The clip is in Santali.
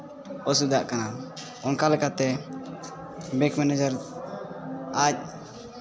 ᱚᱥᱩᱵᱤᱫᱷᱟᱜ ᱠᱟᱱᱟ ᱚᱱᱠᱟ ᱞᱮᱠᱟᱛᱮ ᱵᱮᱝᱠ ᱢᱮᱱᱮᱡᱟᱨ ᱟᱡ